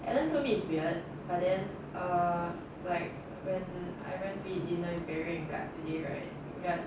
and then cause me to say but then like a guy right